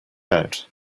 out